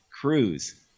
cruise